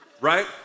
right